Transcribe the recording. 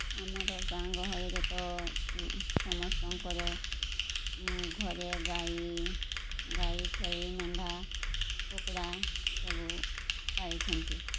ଆମର ଗାଁ ଗହଳିରେ ତ ସମସ୍ତଙ୍କର ଘରେ ଗାଈ ଗାଈ ଛେଳି ମେଣ୍ଢା କୁକୁଡ଼ା ସବୁ ପାଳିଛନ୍ତି